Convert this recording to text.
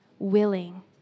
Willing